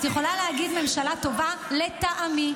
את יכולה להגיד: ממשלה טובה לטעמי.